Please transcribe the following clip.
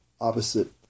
opposite